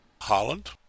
Holland